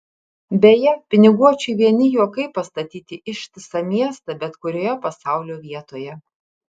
beje piniguočiui vieni juokai pastatyti ištisą miestą bet kurioje pasaulio vietoje